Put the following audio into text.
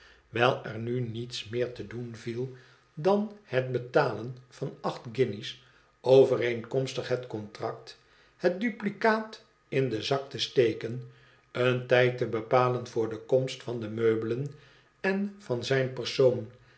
wijl er nu niets meer te doen viel dan het betalen van acht guinjes overeenkomstig het contract het duplicaat in den zak te steken een tijd te bepalen voor de komst van de meubelen en van zijn persoon